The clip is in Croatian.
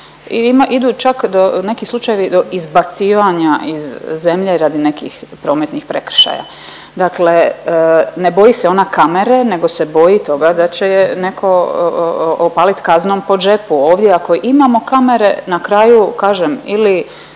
idu čak neki slučajevi do izbacivanja iz zemlje radi nekih prometnih prekršaja. Dakle, ne boji se ona kamere nego se boji toga da će je neko opalit kaznom po džepu. Ovdje i ako imamo kamere na kraju kažem ili